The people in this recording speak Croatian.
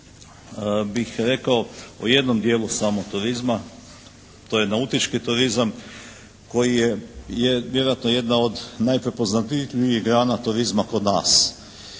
bih rekao o jednom dijelu samo turizma, to je nautički turizam koji je vjerojatno jedan od najprepoznatljivijih grana turizma kod nas.